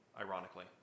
Ironically